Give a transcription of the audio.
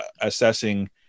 assessing